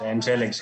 שאין שלג,